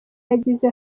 yagize